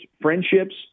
friendships